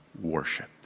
worship